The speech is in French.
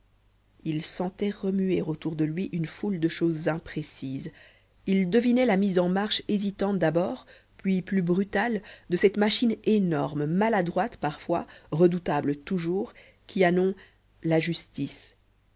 il sentait remuer autour de lui une foule de choses imprécises il devinait la mise en marche hésitante d'abord puis plus brutale de cette machine énorme maladroite parfois redoutable toujours qui a nom la justice